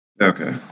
okay